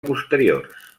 posteriors